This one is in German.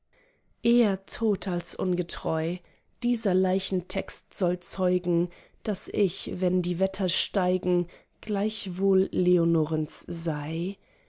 eher tot als ungetreu dieser leichentext soll zeugen daß ich wenn die wetter steigen gleichwohl leonorens sei